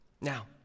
Now